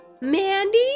Mandy